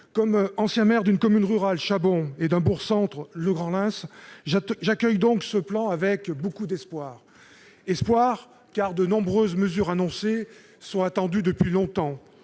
qu'ancien maire d'une commune rurale, Châbons, et d'un bourg-centre, le Grand-Lemps, j'accueille donc ce plan avec beaucoup d'espoir. Espoir, car de nombreuses mesures annoncées sont attendues depuis longtemps